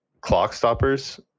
Clockstoppers